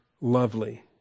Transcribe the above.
lovely